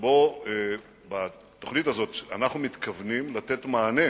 שבה אנחנו מתכוונים לתת מענה